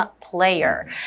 player